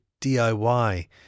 DIY